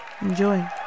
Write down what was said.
Enjoy